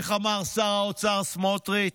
איך אמר שר האוצר סמוטריץ'?